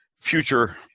future